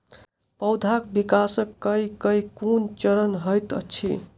पौधाक विकास केँ केँ कुन चरण हएत अछि?